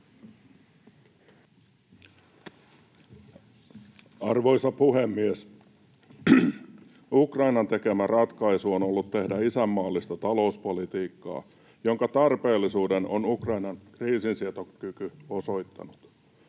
Arvoisa puhemies! Ukrainan tekemä ratkaisu on ollut tehdä isänmaallista talouspolitiikkaa, jonka tarpeellisuuden on Ukrainan kriisinsietokyky osoittanut.